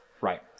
Right